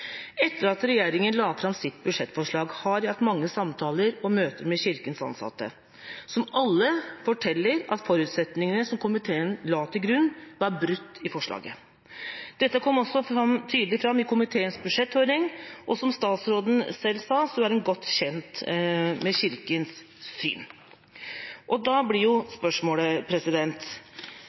Etter at regjeringa la fram sitt budsjettforslag, har vi hatt mange samtaler og møter med Kirkens ansatte, som alle forteller at forutsetningene som komiteen la til grunn, var brutt i forslaget. Dette kom også tydelig fram i komiteens budsjetthøring, og som statsråden selv sa, er hun godt kjent med Kirkens syn. Da blir spørsmålet: